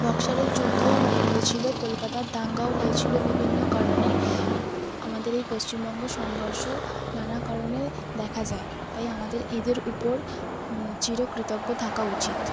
বক্সারের যুদ্ধও হ হয়েছিল কলকাতার দাঙ্গাও হয়েছিল বিভিন্ন কারণে আমাদের এই পশ্চিমবঙ্গ সংঘর্ষ নানা কারণে দেখা যায় তাই আমাদের এদের উপর চিরকৃতজ্ঞ থাকা উচিত